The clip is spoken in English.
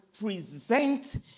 present